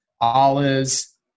olives